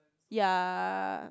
ya